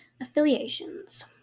Affiliations